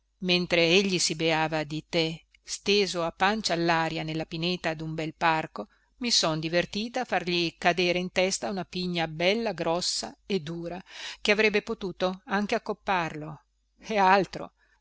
mentre egli si beava di te steso a pancia allaria nella pineta dun bel parco mi son divertita a fargli cadere in testa una pigna bella grossa e dura che avrebbe potuto anche accopparlo eh altro